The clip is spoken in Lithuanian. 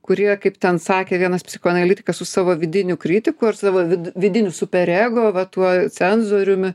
kurie kaip ten sakė vienas psichoanalitikas su savo vidiniu kritiku ar savo vidiniu super ego va tuo cenzoriumi